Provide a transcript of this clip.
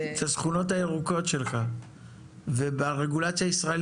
בשעה שחלק מההסכם --- וכמה יש פה?